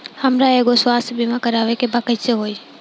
हमरा एगो स्वास्थ्य बीमा करवाए के बा कइसे होई?